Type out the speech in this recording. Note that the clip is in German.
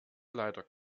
leider